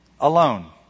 alone